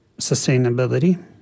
sustainability